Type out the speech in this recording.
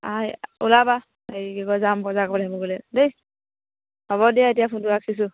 ওলাবা হেৰি কি কয় যাম বজাৰ কৰি আনিবলে দেই হ'ব দিয়া এতিয়া ফোনটো ৰাখিছোঁ